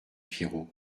pierrot